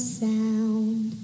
sound